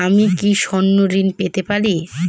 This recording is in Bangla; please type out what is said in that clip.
আমি কি স্বর্ণ ঋণ পেতে পারি?